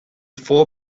four